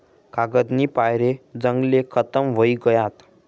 कागदनी पायरे जंगले खतम व्हयी गयात